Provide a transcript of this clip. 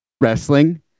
wrestling